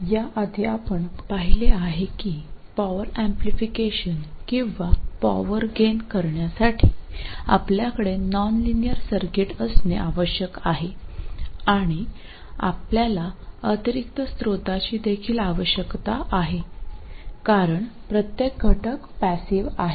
या आधी आपण पाहिले आहे की पॉवर एम्प्लिफिकेशन किंवा पॉवर गेन करण्यासाठी आपल्याकडे नॉनलिनियर सर्किट असणे आवश्यक आहे आणि आपल्याला अतिरिक्त स्त्रोताची देखील आवश्यकता आहे कारण प्रत्येक घटक पॅसिव आहे